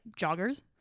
joggers